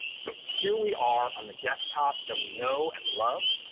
so here we are on the desktop that we know and love.